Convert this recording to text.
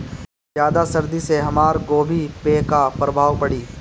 ज्यादा सर्दी से हमार गोभी पे का प्रभाव पड़ी?